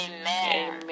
Amen